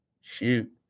shoot